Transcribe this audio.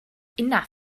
enough